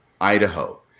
Idaho